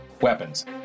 weapons